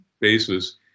basis